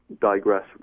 digress